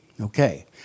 Okay